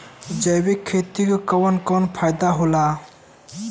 जैविक खेती क कवन कवन फायदा होला?